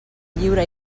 lliure